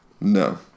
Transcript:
No